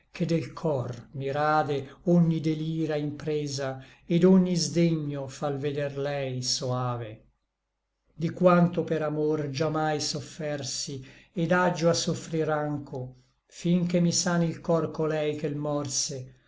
ché del cor mi rade ogni delira impresa et ogni sdegno fa l veder lei soave di quanto per amor già mai soffersi et aggio a soffrir ancho fin che mi sani l cor colei che l morse